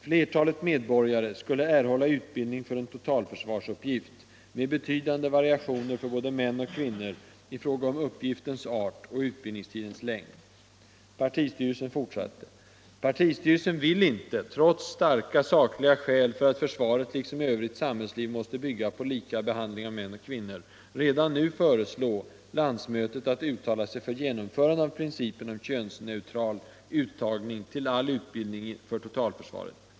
Flertalet medborgare skulle erhålla utbildning för en totalförsvarsuppgift, med betydande variationer för både Partistyrelsen fortsatte: ”Partistyrelsen vill inte — trots starka sakliga skäl för att försvaret liksom övrigt samhällsliv måste bygga på lika behandling av män och kvinnor — redan nu föreslå landsmötet att uttala sig för genomförande av principen om könsneutral uttagning till all utbildning för totalförsvaret.